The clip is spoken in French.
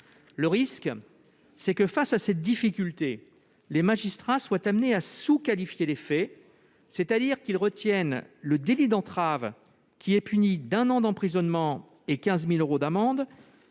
Le risque est que, face à cette difficulté, les magistrats soient amenés à sous-qualifier les faits, c'est-à-dire à retenir le délit d'entrave, qui est puni d'un an d'emprisonnement et de 15 000 euros d'amende,